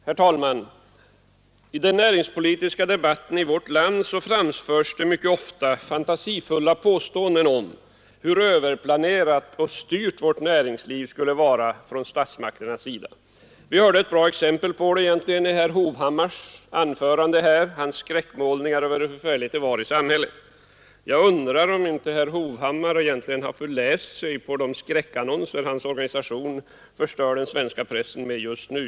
Herr talman! I den näringspolitiska debatten i vårt land framförs mycket ofta fantasifulla påståenden om hur överplanerat och styrt av statsmakterna vårt näringsliv skulle vara. Vi hörde ett bra exempel på det i herr Hovhammars anförande — hans skräckmålning av hur förfärligt det är i vårt samhälle. Jag undrar om inte herr Hovhammar har förläst sig på de skräckannonser som hans organisation förstör den svenska pressen med just nu.